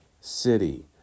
city